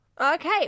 Okay